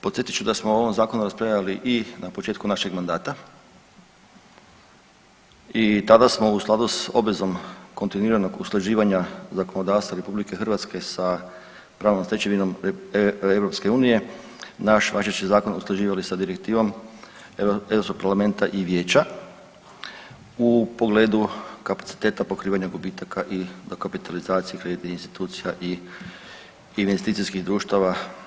Podsjetit ću da smo o ovom Zakonu raspravljali i na početku našeg mandata i tada smo u skladu s obvezom kontinuiranog usklađivanja zakonodavstva RH sa pravnom stečevinom EU naš važeći zakon usklađivali sa direktivom EU Parlamenta i Vijeća u pogledu kapaciteta pokrivanja gubitaka i dokapitalizacije kreditnih institucija i investicijskih društava.